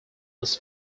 was